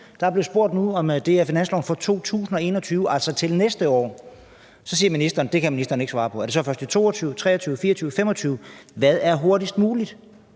Der er spurgt, om det er finansloven for 2021, altså til næste år, men så siger ministeren, at det kan ministeren ikke svare på. Er det så først i 2022, 2023, 2024, 2025 – hvad er hurtigst muligt?